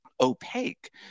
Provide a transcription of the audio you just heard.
Opaque